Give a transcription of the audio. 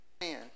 Man